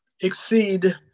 exceed